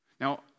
Now